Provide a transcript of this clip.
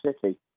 City